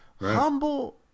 Humble